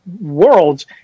worlds